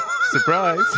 surprise